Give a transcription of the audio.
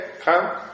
Come